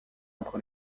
entre